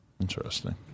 Interesting